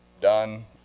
done